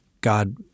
God